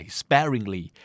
sparingly